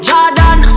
Jordan